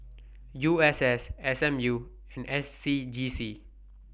U S S S M U and S C G C